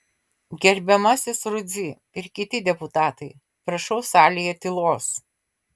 gerbiamasis rudzy ir kiti deputatai prašau salėje tylos